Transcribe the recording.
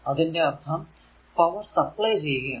അതിന്റെ അർഥം power supply ചെയ്യുകയാണ്